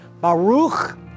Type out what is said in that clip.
Baruch